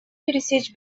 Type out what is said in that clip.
пресечь